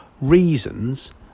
reasons